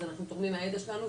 אז אנחנו תורמים מהידע שלנו,